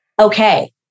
Okay